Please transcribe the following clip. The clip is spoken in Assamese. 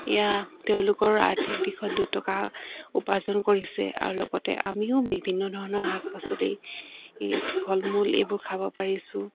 এয়া তেওঁলোকৰ আৰ্থিক দিশত দুটকা উপাৰ্জন কৰিছে আৰু লগতে আমিও বিভিন্ন ধৰণৰ শাক পাচলি ফল মূল এইবোৰ খাব পাৰিছোঁ